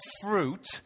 fruit